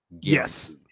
Yes